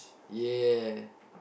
ya